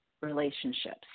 relationships